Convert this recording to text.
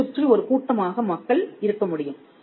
அவரைச் சுற்றி ஒரு கூட்டமாக மக்கள் இருக்க முடியும்